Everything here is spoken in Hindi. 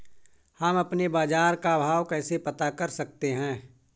हम अपने बाजार का भाव कैसे पता कर सकते है?